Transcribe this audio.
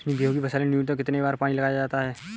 गेहूँ की फसल में न्यूनतम कितने बार पानी लगाया जाता है?